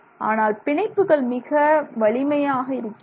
ஆனால் பிணைப்புகள் மிக வலிமையாக இருக்கின்றன